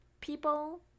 people